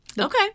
Okay